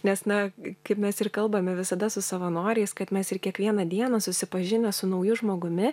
nes na kaip mes ir kalbame visada su savanoriais kad mes ir kiekvieną dieną susipažinę su nauju žmogumi